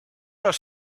los